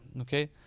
okay